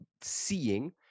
seeing